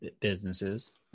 businesses